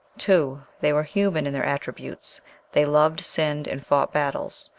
two. they were human in their attributes they loved, sinned, and fought battles,